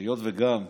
שהיות שגם השבוע,